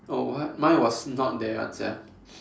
oh what mine was not there [one] sia